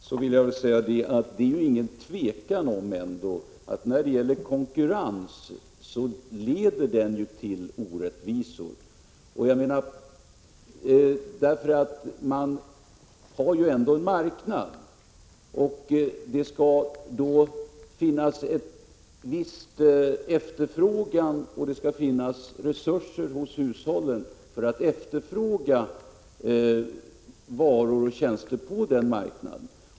Herr talman! Till Filip Fridolfsson, som ju hyllar konkurrensen, vill jag säga att det ändå inte är något tvivel om att konkurrens leder till orättvisor. På en marknad skall det ju finnas en viss efterfrågan, och det skall finnas resurser hos hushållen att efterfråga varor och tjänster på den marknaden.